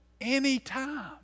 anytime